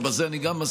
וגם בזה אני מסכים,